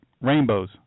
Rainbows